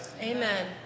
Amen